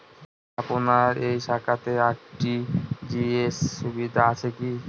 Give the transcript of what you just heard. আপনার এই শাখাতে আর.টি.জি.এস সুবিধা আছে কি?